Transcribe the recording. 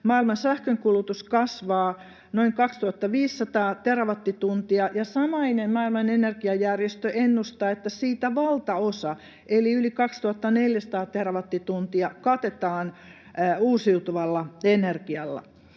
maailman sähkönkulutus kasvaa noin 2 500 terawattituntia ja samainen maailman energiajärjestö ennustaa, että siitä valtaosa, eli yli 2 400 terawattituntia, katetaan uusiutuvalla energialla.